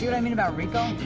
you know i mean about ricco?